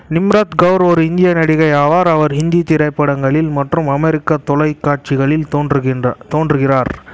நிம்ரத் கவுர் ஒரு இந்திய நடிகை ஆவார் அவர் ஹிந்தி திரைப்படங்களில் மற்றும் அமெரிக்கா தொலைக்காட்சிகளில் தோன்றுகின்றார் தோன்றுகிறார்